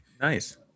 nice